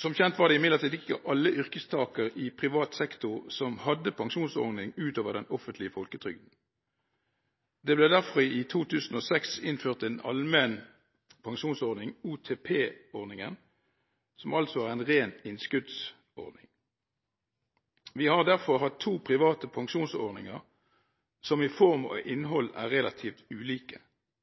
Som kjent var det imidlertid ikke alle yrkestakere i privat sektor som hadde pensjonsordning utover den offentlige folketrygden. Det ble derfor i 2006 innført en allmenn pensjonsordning, OTP-ordningen, som altså er en ren innskuddsordning. Vi har derfor hatt to private pensjonsordninger, som i form og innhold er relativt ulike.